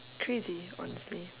crazy honestly